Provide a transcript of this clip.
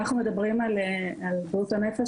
כשאנחנו מדברים על בריאות הנפש,